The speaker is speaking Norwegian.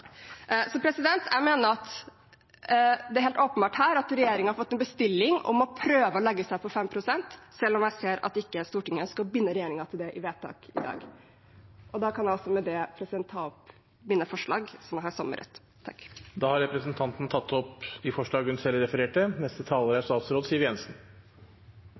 Jeg mener at det er helt åpenbart her at regjeringen har fått en bestilling om å prøve å legge seg på 5 pst., selv om jeg ser at Stortinget ikke ønsker å binde regjeringen til det i vedtak. Med det vil jeg ta opp Miljøpartiet De Grønnes forslag, som vi fremmer sammen med Rødt. Representanten Une Bastholm har tatt opp de forslagene hun refererte